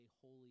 holy